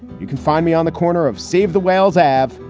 you can find me on the corner of save the whales have.